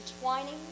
Twining